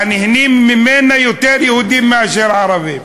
והנהנים ממנה, יותר יהודים מאשר ערבים.